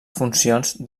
funcions